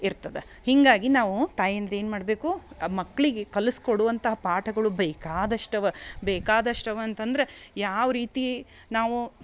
ಇರ್ತದ ಹಿಂಗಾಗಿ ನಾವು ತಾಯಂದ್ರ್ ಏನ್ ಮಾಡ್ಬೇಕು ಮಕ್ಳಿಗೆ ಕಲ್ಸ್ ಕೊಡುವಂತ ಪಾಟಗಳು ಬೇಕಾದಷ್ಟವ ಬೇಕಾದಷ್ಟವ ಅಂತಂದ್ರ ಯಾವ ರೀತಿ ನಾವು